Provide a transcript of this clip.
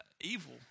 evil